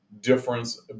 difference